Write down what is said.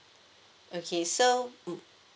okay so mm